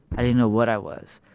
i didn't know what i was.